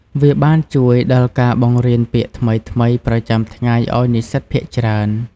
វាបានជួយដល់ការបង្រៀនពាក្យថ្មីៗប្រចាំថ្ងៃឲ្យនិស្សិតភាគច្រើន។